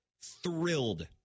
Thrilled